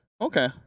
okay